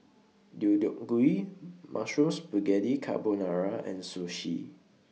Deodeok Gui Mushroom Spaghetti Carbonara and Sushi